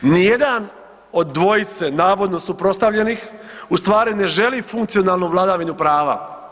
Nijedan od dvojice navodno suprotstavljenih u stvari ne želi funkcionalnu vladavinu prava.